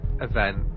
event